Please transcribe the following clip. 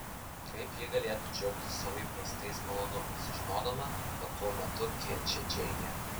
kaip ji galėtų džiaugtis savo įprastais malonumais žinodama ką tuo metu kenčia džeinė